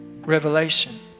revelation